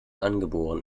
angeboren